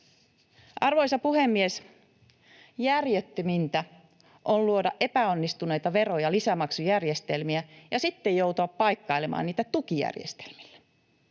Arvoisa puhemies! Järjettömintä on luoda epäonnistuneita vero- ja lisämaksujärjestelmiä ja sitten joutua paikkailemaan niitä tukijärjestelmillä.